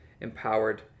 empowered